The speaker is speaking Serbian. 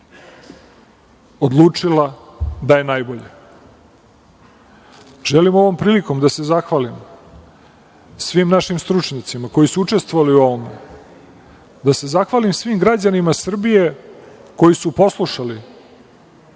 odlučila da je najbolje. Želim ovom prilikom da se zahvalim svim našim stručnjacima koji su učestvovali u ovome, da se zahvalim svim građanima Srbije koji su poslušali